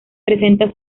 presenta